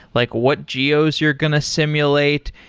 like what geos you're going to stimulate?